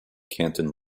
canton